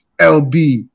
LB